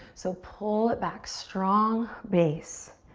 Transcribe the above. so pull it back, strong base.